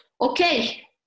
Okay